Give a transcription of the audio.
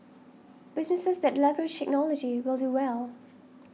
businesses that leverage technology will do well